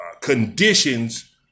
conditions